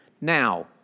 Now